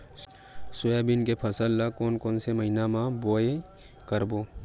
Soybean के फसल ल कोन कौन से महीना म बोआई करबो?